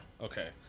Okay